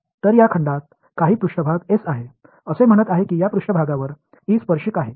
तर या खंडात काही पृष्ठभाग एस आहे असे म्हणत आहे की या पृष्ठभागावर ई स्पर्शिक आहे